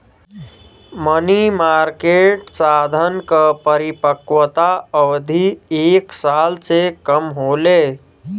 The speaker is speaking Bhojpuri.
मनी मार्केट साधन क परिपक्वता अवधि एक साल से कम होले